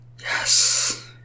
Yes